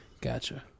Gotcha